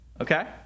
okay